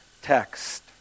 Text